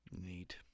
Neat